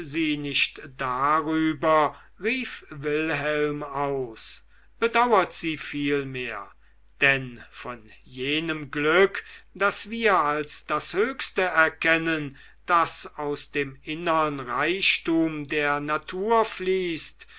sie nicht darüber rief wilhelm aus bedauert sie vielmehr denn von jenem glück das wir als das höchste erkennen das aus dem innern reichtum der natur fließt